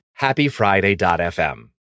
happyfriday.fm